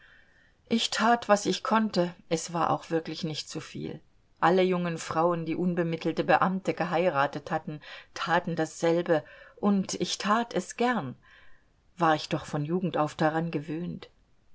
ich tat was ich konnte es war auch wirklich nicht zu viel alle jungen frauen die unbemittelte beamte geheiratet hatten taten dasselbe und ich tat es gern war ich doch von jugend auf daran gewöhnt